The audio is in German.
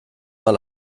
mal